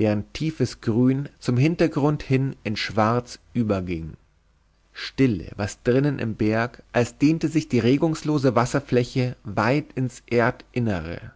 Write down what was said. deren tiefes grün zum hintergrund hin in schwarz überging stille war's drinnen im berg als dehnte sich die regungslose wasserfläche weit ins erdinnere